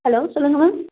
hello சொல்லுங்கள் ma'am